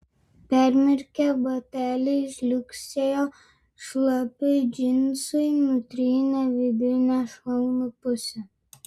permirkę bateliai žliugsėjo šlapi džinsai nutrynė vidinę šlaunų pusę